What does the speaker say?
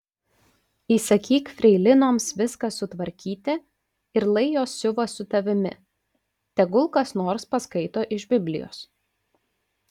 įsakyk freilinoms viską sutvarkyti ir lai jos siuva su tavimi tegul kas nors paskaito iš biblijos